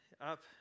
up